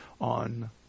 on